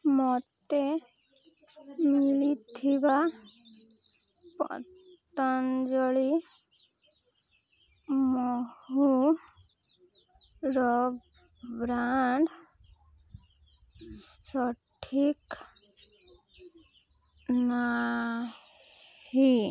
ମୋତେ ମିଳିଥିବା ପତଞ୍ଜଳି ମହୁର ବ୍ରାଣ୍ଡ ସଠିକ୍ ନାହିଁ